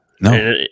No